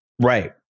Right